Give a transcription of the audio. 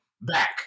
back